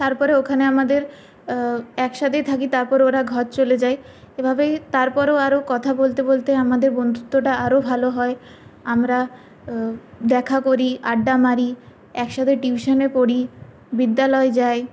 তারপরে ওখানে আমাদের একসাথেই থাকি তারপর ওরা ঘর চলে যায় এভাবেই তার পরেও আরো কথা বলতে বলতে আমাদের বন্ধুত্বটা আরো ভালো হয় আমরা দেখা করি আড্ডা মারি একসাথে টিউশানে পড়ি বিদ্যালয় যাই